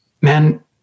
man